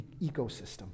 ecosystem